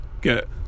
get